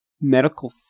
medical